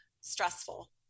stressful